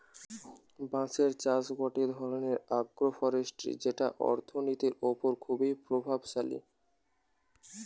বাঁশের চাষ গটে ধরণের আগ্রোফরেষ্ট্রী যেটি অর্থনীতির ওপর খুবই প্রভাবশালী